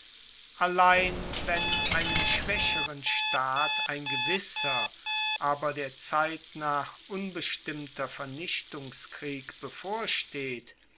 allein wenn einem schwaecheren staat ein gewisser aber der zeit nach unbestimmter vernichtungskrieg bevorsteht